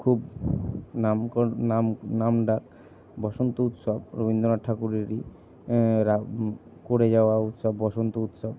খুব নামকর নাম নামডাক বসন্ত উৎসব রবীন্দ্রনাথ ঠাকুরেরই করে যাওয়া উৎসব বসন্ত উৎসব